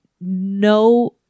no